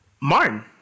Martin